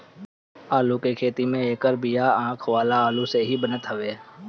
आलू के खेती में एकर बिया आँख वाला आलू से ही बनत हवे